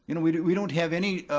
and we we don't have any